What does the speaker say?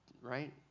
right